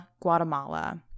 Guatemala